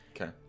Okay